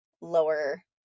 lower